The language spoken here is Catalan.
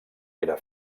era